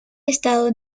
estado